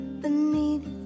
beneath